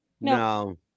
no